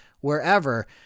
wherever